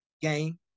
game